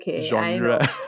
genre